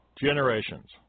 generations